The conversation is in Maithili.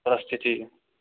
परिस्थिति